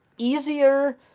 Easier